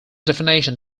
definition